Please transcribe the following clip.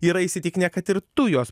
yra įsitikinę kad ir tu juos